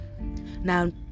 Now